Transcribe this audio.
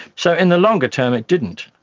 so in the longer term it didn't.